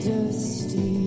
Dusty